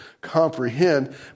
comprehend